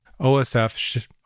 OSF